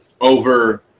Over